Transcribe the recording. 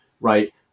right